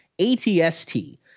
ATST